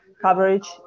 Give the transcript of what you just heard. coverage